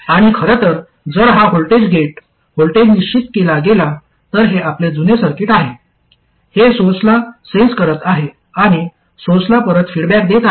आणि खरं तर जर हा व्होल्टेज गेट व्होल्टेज निश्चित केला गेला तर हे आपले जुने सर्किट आहे हे सोर्सला सेन्स करत आहे आणि सोर्सला परत फीडबॅक देत आहे